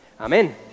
Amen